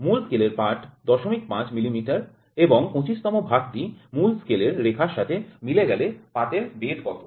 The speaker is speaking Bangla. মূল স্কেলের পাঠ ০৫ মিলিমিটার এবং ২৫ তম ভাগটি মূল স্কেলের রেখার সাথে মিলে গেলে পাতের বেধ কত